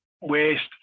waste